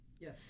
yes